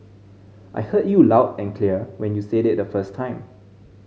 I heard you loud and clear when you said it the first time